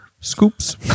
scoops